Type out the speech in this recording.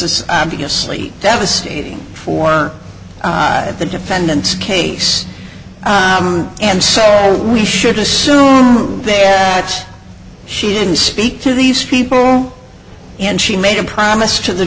is obviously devastating for the defendant's case and so we should assume that she didn't speak to these people and she made a promise to the